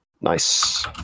Nice